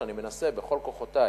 כשאני מנסה בכל כוחותי